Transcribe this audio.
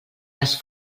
les